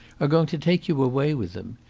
are going to take you away with them.